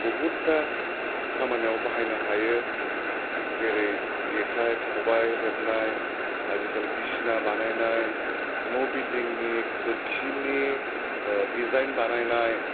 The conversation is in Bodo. बहुथा खामानिआव बाहायनो हायो जेरै जेखाय खबाय हेबनाय आजिखालि बिसिना बानायनाय न' बिल्दिंनि खोरखिनि डिजाइन बानायनाय